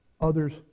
others